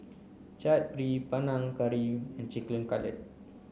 Chaat Papri Panang Curry and Chicken Cutlet